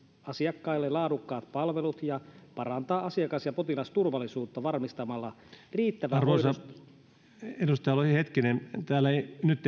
asiakkaille laadukkaat palvelut ja parantaa asiakas ja potilasturvallisuutta varmistamalla arvoisa edustaja lohi hetkinen täällä ei nyt